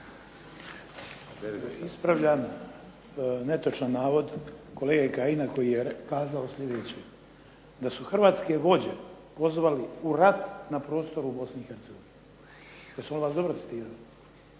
Ispravljam netočan navod kolege Kajina koji je kazao sljedeće: da su hrvatske vođe pozvali u rat na prostoru u Bosni i Hercegovini. Jesam li vas dobro citirao?